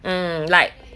and like